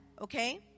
Okay